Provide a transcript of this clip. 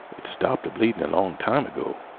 it stopped a-bleedin' long time ago.